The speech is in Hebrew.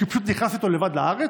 כי הוא פשוט נכנס איתו לבד לארץ,